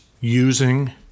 using